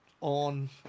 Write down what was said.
on